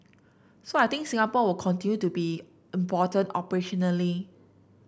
so I think Singapore will continue to be important operationally